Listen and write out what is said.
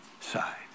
side